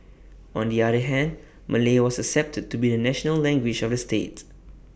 on the other hand Malay was accepted to be the national language of the state